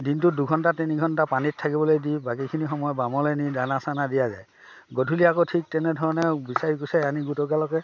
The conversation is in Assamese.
দিনটোত দুঘণ্টা তিনিঘণ্টা পানীত থাকিবলৈ দি বাকীখিনি সময় বামলৈ নি দানা চানা দিয়া যায় গধূলি আকৌ ঠিক তেনেধৰণে বিচাৰি কোচাৰি আনি গোটেইগালকে